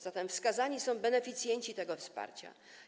Zatem wskazani są beneficjenci tego wsparcia.